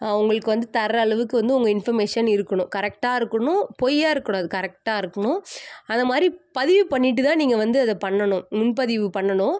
அவங்களுக்கு வந்து தர அளவுக்கு வந்து உங்கள் இன்ஃபர்மேஷன் இருக்கணும் கரெக்டாக இருக்கணும் பொய்யாக இருக்க கூடாது கரெக்டாக இருக்குணும் அது மாதிரி பதிவு பண்ணிவிட்டு தான் நீங்கள் வந்து அதை பண்ணணும் முன்பதிவு பண்ணணும்